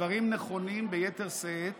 הדברים נכונים ביתר שאת